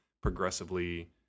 progressively